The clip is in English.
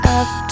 up